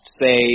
say